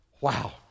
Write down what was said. Wow